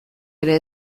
ere